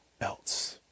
else